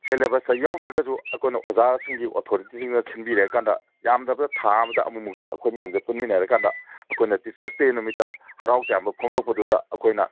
ꯁꯦꯂꯦꯕꯁꯇ ꯌꯥꯎꯗ꯭ꯔꯒꯁꯨ ꯑꯩꯈꯣꯏꯅ ꯑꯣꯖꯥꯁꯤꯡꯒꯤ ꯑꯣꯊꯣꯔꯤꯇꯤꯁꯤꯡꯅ ꯁꯤꯟꯕꯤꯔꯦ ꯍꯥꯏꯔꯀꯥꯟꯗ ꯌꯥꯝꯗ꯭ꯔꯕꯗ ꯊꯥ ꯑꯃꯗ ꯑꯃꯨꯛ ꯑꯃꯨꯛꯇꯤ ꯑꯩꯈꯣꯏ ꯃꯌꯥꯝꯁꯦ ꯄꯨꯟꯃꯤꯟꯅꯔꯀꯥꯟꯗ ꯑꯩꯈꯣꯏꯅ ꯇꯤꯆꯔꯁ ꯗꯦ ꯅꯨꯃꯤꯠꯇ ꯍꯔꯥꯎ ꯇꯌꯥꯝꯕ ꯐꯣꯡꯗꯣꯛꯄꯗꯨꯗ ꯑꯩꯈꯣꯏꯅ